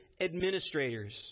administrators